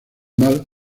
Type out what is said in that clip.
más